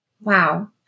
Wow